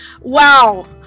Wow